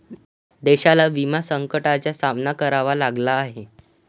देशाला विमा संकटाचा सामना करावा लागला आहे